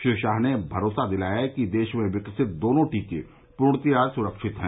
श्री शाह ने भरोसा दिलाया कि देश में विकसित दोनों टीके पूर्णतः सुरक्षित हैं